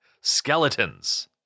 Skeletons